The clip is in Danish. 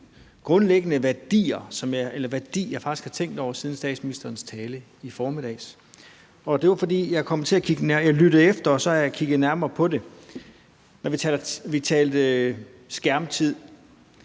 grundlæggende værdier, som jeg faktisk har tænkt over siden statsministerens tale i formiddags. Jeg lyttede efter, og så kiggede jeg nærmere på det. Vi talte om skærmtid,